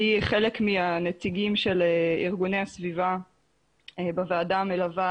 אני חלק מהנציגים של ארגוני הסביבה בוועדה המלווה